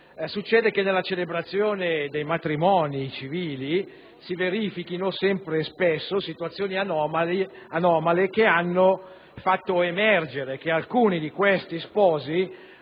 Succede che nella celebrazione dei matrimoni civili si verificano spesso situazioni anomale che hanno fatto emergere come alcuni di questi sposi